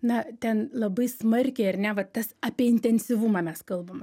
na ten labai smarkiai ar ne vat tas apie intensyvumą mes kalbam